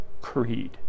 creed